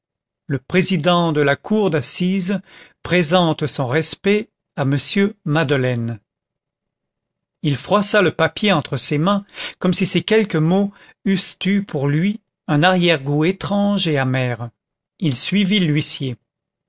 le président de la cour d'assises présente son respect à m madeleine il froissa le papier entre ses mains comme si ces quelques mots eussent eu pour lui un arrière goût étrange et amer il suivit l'huissier